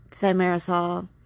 thimerosal